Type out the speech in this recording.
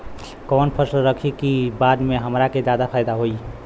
कवन फसल रखी कि बाद में हमरा के ज्यादा फायदा होयी?